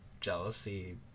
jealousy